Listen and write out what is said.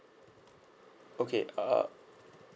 okay uh